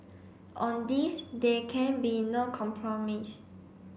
on this there can be no compromise